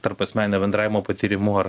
tarpasmeninio bendravimo patyrimu ar